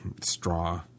straw